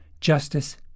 Justice